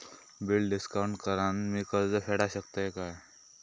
Bill discount करान मी कर्ज फेडा शकताय काय?